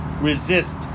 resist